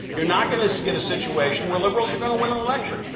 you're not going to to get a situation where liberals are going to win an election.